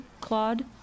Claude